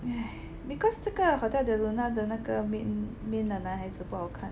because 这个 Hotel Del Luna 的那个 main main 的男孩子不好看